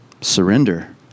Surrender